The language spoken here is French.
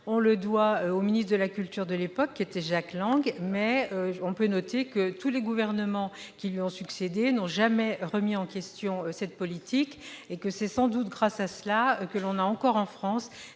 l'on doit au ministre de la culture de l'époque, Jack Lang. Cependant, tous les gouvernements qui lui ont succédé n'ont jamais remis en question cette politique. C'est sans doute grâce à cela que l'on a encore en France